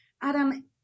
Adam